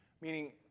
meaning